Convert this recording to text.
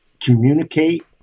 communicate